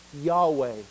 Yahweh